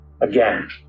again